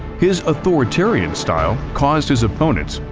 his authoritarian style caused his opponents,